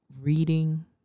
reading